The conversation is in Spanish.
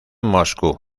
moscú